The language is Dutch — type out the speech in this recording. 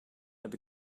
heb